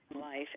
life